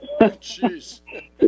Jeez